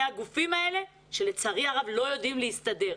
הגופים האלה שלצערי הרב לא יודעים להסתדר.